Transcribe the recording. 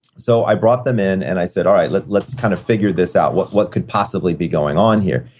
so, i brought them in and i said, all right, let's let's kind of figure this out. what what could possibly be going on here?